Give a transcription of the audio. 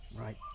Right